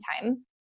time